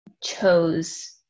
chose